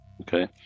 okay